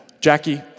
Jackie